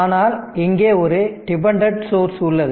ஆனால் இங்கே ஒரு டிபெண்டன்ட் சோர்ஸ் உள்ளது